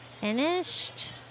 finished